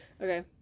Okay